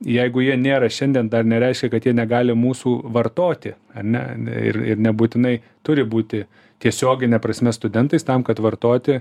jeigu jie nėra šiandien dar nereiškia kad jie negali mūsų vartoti ar ne ir ir nebūtinai turi būti tiesiogine prasme studentais tam kad vartoti